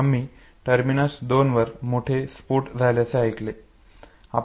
आम्ही टर्मिनस 2 वर मोठे स्पोट झाल्याचे ऐकले